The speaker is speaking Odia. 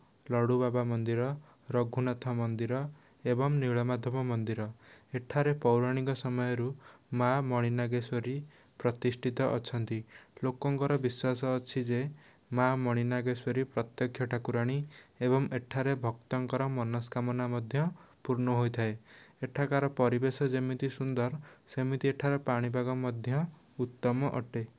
ଲଡ଼ୁବାବା ମନ୍ଦିର ରଘୁନାଥ ମନ୍ଦିର ଏବଂ ନୀଳମାଧବ ମନ୍ଦିର ଏଠାରେ ପୌରାଣିକ ସମୟରୁ ମା' ମଣିନାଗେଶ୍ୱରୀ ପ୍ରତିଷ୍ଠିତ ଅଛନ୍ତି ଲୋକଙ୍କର ବିଶ୍ୱାସ ଅଛି ଯେ ମା' ମଣି ନାଗେଶ୍ୱରୀ ପ୍ରତ୍ୟେକ୍ଷ ଠାକୁରାଣୀ ଏବଂ ଏଠାରେ ଭକ୍ତଙ୍କର ମନୋସ୍କାମନା ମଧ୍ୟ ପୂର୍ଣ୍ଣ ହୋଇଥାଏ ଏଠାକାର ପରିବେଶ ଯେମିତି ସୁନ୍ଦର ସେମିତି ଏଠାର ପାଣିପାଗ ମଧ୍ୟ ଉତ୍ତମ ଅଟେ